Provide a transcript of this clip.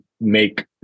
make